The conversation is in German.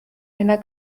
einer